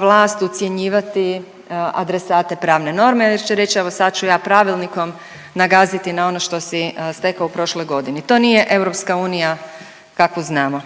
vlast ucjenjivati adresate pravne norme već će reći evo sad ću ja pravilnikom nagaziti na ono što si stekao u prošloj godini. To nije EU kakvu znamo.